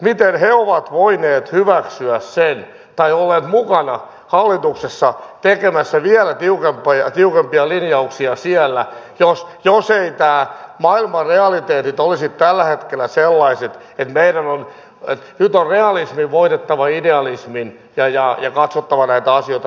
miten he ovat voineet olla mukana hallituksessa tekemässä vielä tiukempia linjauksia siellä jos eivät nämä maailman realiteetit olisi tällä hetkellä sellaiset että nyt on realismin voitettava idealismi ja katsottava näitä asioita realistiselta pohjalta